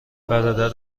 برادر